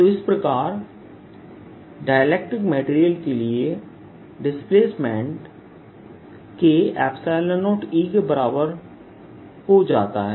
तो इस प्रकार टैलेक्ट्रिक मटेरियल के लिए डिस्प्लेसमेंट K0E के बराबर हो जाता है